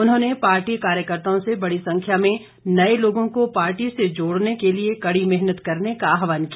उन्होंने पार्टी कार्यकर्त्ताओं से बड़ी संख्या में नए लोगों को पार्टी से जोड़ने के लिए कड़ी मेहनत करने का आहवान किया